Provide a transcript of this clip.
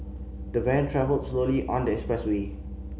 the van travelled slowly on the expressway